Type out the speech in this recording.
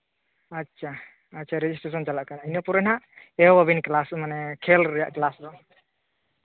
ᱟᱪᱪᱷᱟ ᱟᱪᱪᱷᱟ ᱨᱮᱡᱤᱥᱴᱨᱮᱥᱚᱱ ᱪᱟᱞᱟᱜ ᱠᱟᱱᱟ ᱤᱱᱟᱹ ᱯᱚᱨᱮ ᱦᱟᱸᱜ ᱮᱦᱚᱵᱟᱵᱤᱱ ᱠᱞᱟᱥ ᱢᱟᱱᱮ ᱠᱷᱮ ᱨᱮᱭᱟᱜ ᱠᱞᱟᱥ ᱫᱚ